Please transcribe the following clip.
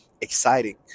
exciting